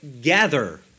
gather